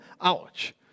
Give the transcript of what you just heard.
Ouch